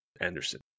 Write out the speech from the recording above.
Anderson